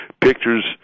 Pictures